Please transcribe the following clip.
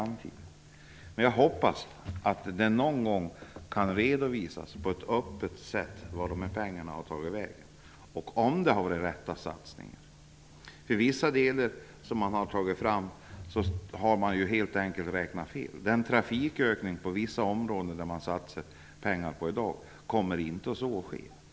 Men jag hoppas att det någon gång kan redovisas på ett öppet sätt vart de här pengarna har tagit vägen och om det har varit riktiga satsningar. För vissa delar som man har gjort beräkningar har man helt enkelt räknat fel. Den trafikökning på vissa områden som man satsar pengar på i dag kommer inte att ske.